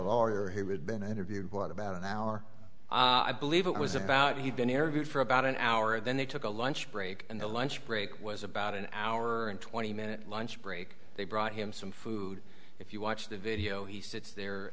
lawyer who had been interviewed what about an hour i believe it was about he'd been arrogant for about an hour then they took a lunch break and the lunch break was about an hour and twenty minute lunch break they brought him some food if you watch the video he sits there